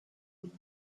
would